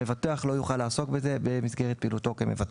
שמבטח לא יוכל לעסוק בזה במסגרת פעילותו כמבטח.